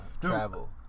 travel